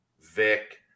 Vic